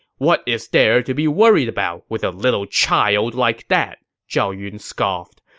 what is there to be worried about with a little child like that? zhao yun scoffed.